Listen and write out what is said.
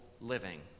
living